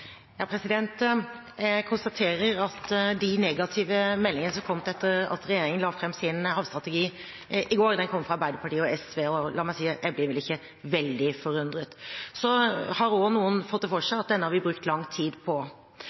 Jeg konstaterer at de negative meldingene som har kommet etter at regjeringen la fram sin havstrategi i går, har kommet fra Arbeiderpartiet og SV. La meg si at jeg ble vel ikke veldig forundret. Noen har også fått det for seg at denne har vi brukt lang tid på.